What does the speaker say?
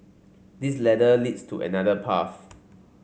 this ladder leads to another path